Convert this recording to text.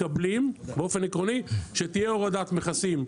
מקבלים שתהיה הורדת מכסים,